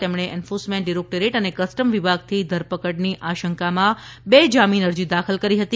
તેમણે enforcement directorate અને custom વિભાગથી ધરપકડની આશંકામાં બે જામીન અરજી દાખલ કરી હતી